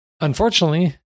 Unfortunately